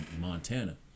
Montana